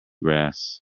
grass